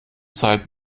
zeit